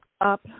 up